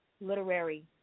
literary